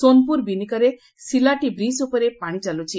ସୋନପୁର ବିନିକାରେ ସିଲାଟି ବିିଜ୍ ଉପରେ ପାଣି ଚାଲୁଛି